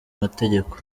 mategeko